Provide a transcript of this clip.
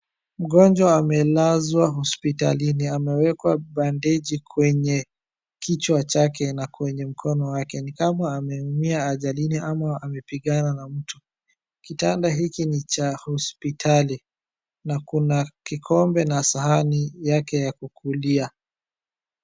Mgonjwa amelazwa hospitalini amewekwa bandenji kwenye kichwa chake na kwenye mkono wake, ni kama ameumia ajalini ama amepigana na mtu. Kitanda hiki ni cha hospitali na kuna kikombe na sahani yake ya kukulia.